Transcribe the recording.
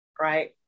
right